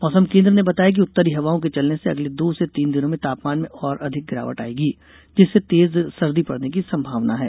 मौसम केन्द्र ने बताया कि उत्तरी हवाओं के चलने से अगले दो से तीन दिनों में तापमान में और अधिक गिरावट आयेगी जिससे तेज सर्दी पड़ने की संभावना है